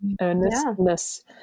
earnestness